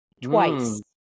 twice